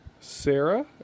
Sarah